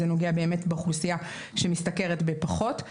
זה נוגע באוכלוסייה שמשתכרת פחות.